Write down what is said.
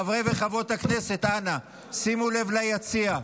חברי וחברות הכנסת, אנא שימו לב ליציע,